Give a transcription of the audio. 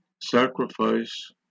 sacrifice